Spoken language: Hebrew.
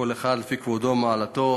כל אחד לפי כבודו ומעלתו,